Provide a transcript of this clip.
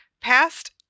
past